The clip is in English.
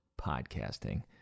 podcasting